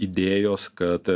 idėjos kad